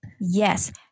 Yes